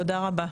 תודה רבה.